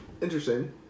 Interesting